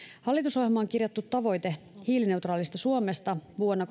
hallitusohjelmaan kirjattu tavoite hiilineutraalista suomesta vuonna